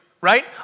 right